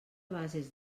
bases